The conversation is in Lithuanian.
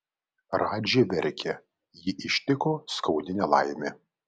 radži verkia jį ištiko skaudi nelaimė